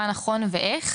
מה נכון ואיך,